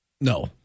No